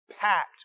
packed